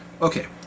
Okay